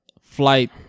flight